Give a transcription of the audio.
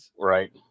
Right